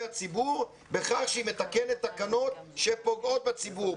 הציבור בכך שהיא מתקנת תקנות שפוגעות בציבור,